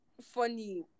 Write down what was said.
funny